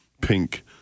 pink